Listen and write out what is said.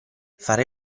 fare